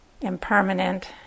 Impermanent